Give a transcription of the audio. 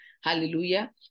hallelujah